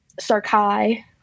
Sarkai